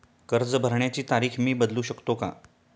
कर्ज भरण्याची तारीख मी बदलू शकतो का?